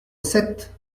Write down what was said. sept